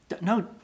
No